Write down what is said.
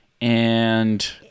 And-